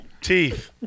Teeth